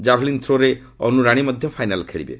javelin throw ରେ ଅନୁରାଣୀ ମଧ୍ୟ final ଖେଳିବେ